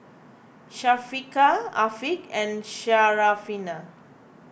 Syafiqah Afiq and Syarafina